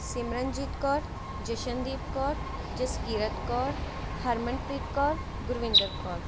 Simranjeet Kaur Jashandeep Kaur Jaskirat Kaur Harmanpreet Kaur Gurvinder Kaur